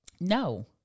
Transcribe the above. No